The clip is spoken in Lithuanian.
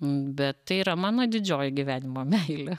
bet tai yra mano didžioji gyvenimo meilė